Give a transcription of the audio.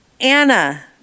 Anna